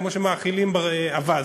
כמו שמאכילים אווז,